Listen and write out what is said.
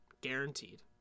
guaranteed